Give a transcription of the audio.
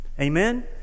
Amen